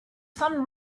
sun